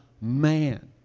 man